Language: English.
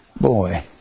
Boy